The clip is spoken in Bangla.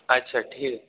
আচ্ছা ঠিক আছে